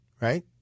Right